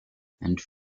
and